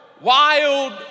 wild